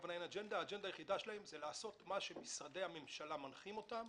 האג'נדה היחידה שלהם היא לעשות מה שמשרדי הממשלה מנחים אותם,